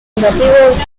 motivos